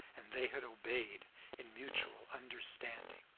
and they had obeyed in mutual understanding.